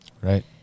right